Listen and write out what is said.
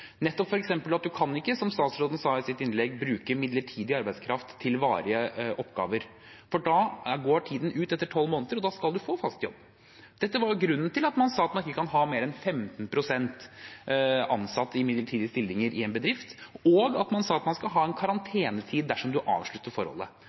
at man kan ikke, som statsråden sa i sitt innlegg, bruke midlertidig arbeidskraft til varige oppgaver, for da går tiden ut etter tolv måneder, og da skal man få fast jobb. Dette var jo grunnen til at man sa at man ikke kan ha mer enn 15 pst. ansatt i midlertidige stillinger i en bedrift, og at man sa at man skal ha en